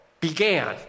began